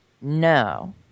No